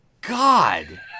God